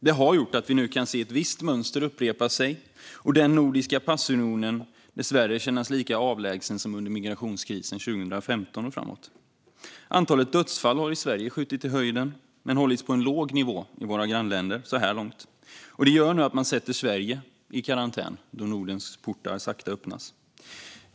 Detta har gjort att vi nu kan se ett visst mönster upprepa sig och att den nordiska passunionen dessvärre känns lika avlägsen som under migrationskrisen 2015 och framåt. Antalet dödsfall har i Sverige skjutit i höjden men har hållits på en låg nivå i våra grannländer så här långt, och detta gör nu att man sätter Sverige i karantän då Nordens portar sakta öppnas.